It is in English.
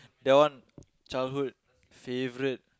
that one childhood favorite